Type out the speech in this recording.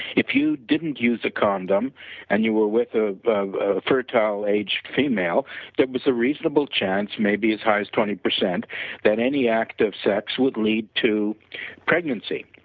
if you didn't use the condom and you are with a fertile aged female that was a reasonable chance or maybe as high as twenty percent that any act of sex would lead to pregnancy.